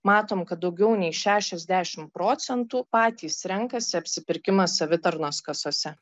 matom kad daugiau nei šešiasdešim procentų patys renkasi apsipirkimą savitarnos kasose